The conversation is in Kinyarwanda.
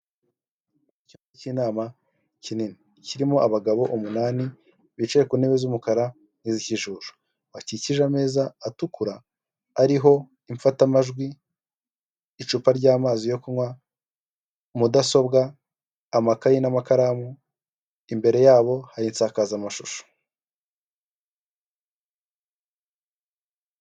Icyumba cy'inama kinini kirimo abagabo umunani bicaye ku ntebe z'umukara n'iz'ikijuju, bakikije ameza atukura ariho imfatamajwi, icupa ry'amazi yo kunywa, mudasobwa, amakayi n'amakaramu, imbere yabo hari insakazamashusho.